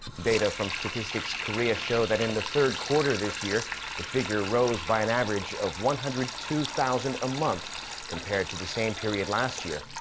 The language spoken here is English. data from statistics korea show that in the third quarter this year the figure rose by an average of one hundred and two thousand a month compared to the same period last year.